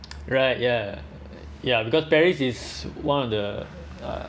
right ya ya because paris is one of the uh